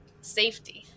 safety